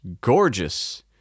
gorgeous